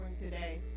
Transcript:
today